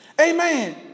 Amen